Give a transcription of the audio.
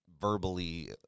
verbally